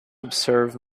observe